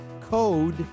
code